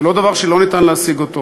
זה לא דבר שלא ניתן להשיגו.